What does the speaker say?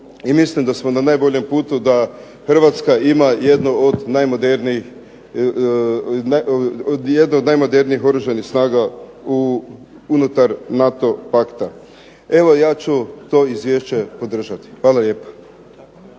mislim da smo na najboljem putu da Hrvatska ima jednu od najmodernijih Oružanih snaga unutar NATO pakta. Evo ja ću to izvješće podržati. Hvala lijepa.